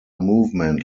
movement